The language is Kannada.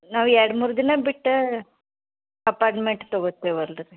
ನಾವು ಎರಡು ಮೂರು ದಿನ ಬಿಟ್ಟು ಅಪಾಟ್ಮೆಂಟ್ ತಗೋತೇವಲ್ರಿ